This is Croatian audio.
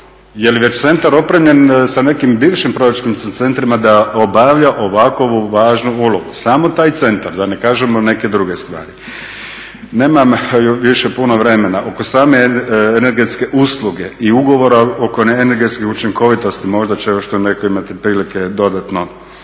jer je već centra opremljen sa nekim bivšim …/Govornik se ne razumije./… centrima da obavlja ovakvu važnu ulogu. Samo taj centar, da ne kažemo neke druge stvari. Nemam više puno vremena. Oko same energetske usluge i ugovora oko energetske učinkovitosti, možda će još to netko imati prilike dodatno